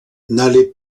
n’allez